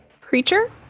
creature